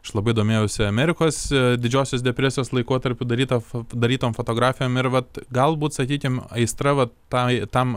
aš labai domėjausi amerikos didžiosios depresijos laikotarpiu daryta darytom fotografijom ir vat galbūt sakykim aistra vat tai tam